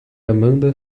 amanda